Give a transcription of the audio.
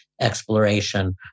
exploration